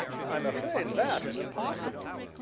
i'm afraid that is impossible,